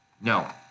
No